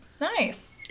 Nice